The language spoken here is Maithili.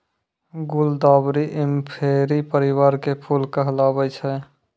गुलदावरी इंफेरी परिवार के फूल कहलावै छै